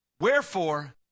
Wherefore